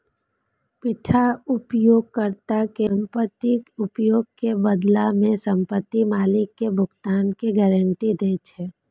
पट्टा उपयोगकर्ता कें संपत्तिक उपयोग के बदला मे संपत्ति मालिक कें भुगतान के गारंटी दै छै